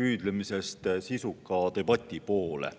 püüdlemisest sisuka debati poole.